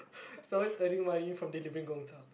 it's always earning money from delivering Gong-Cha